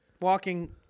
Walking